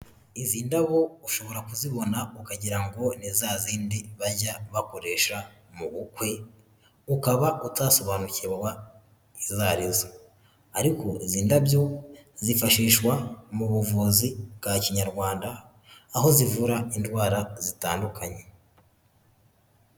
Izi ndabo ushobora kuzibona ukagira ngo ni za zindi bajya bakoresha mu bukwe, ukaba utasobanukirwa izoa arizo, ariko izi ndabyo zifashishwa mu buvuzi bwa kinyarwanda aho zivura indwara zitandukanye.